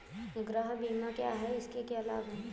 गृह बीमा क्या है इसके क्या लाभ हैं?